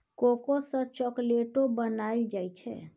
cocoa सँ चाकलेटो बनाइल जाइ छै